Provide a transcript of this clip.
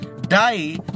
die